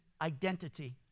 identity